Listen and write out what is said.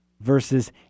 verses